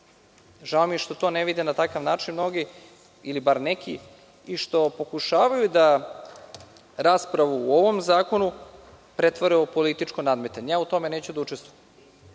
Žao mi je što to ne vide mnogi na takav način, ili bar neki, i što pokušavaju da raspravu o ovom zakonu pretvore u političko nadmetanje. Ja u tome neću da učestvujem.